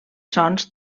sons